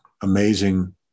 amazing